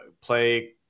play